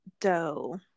dough